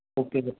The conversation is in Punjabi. ਓਕੇ ਜੀ